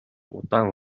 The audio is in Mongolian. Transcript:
удаан